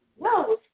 No